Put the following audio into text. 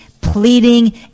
pleading